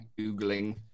Googling